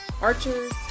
archers